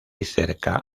cerca